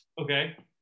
Okay